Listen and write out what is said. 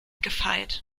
gefeit